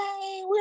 hey